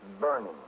burning